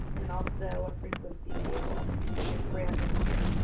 and also a frequency table with brand of beer.